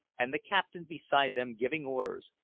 and the captain beside them giving orders,